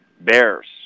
Bears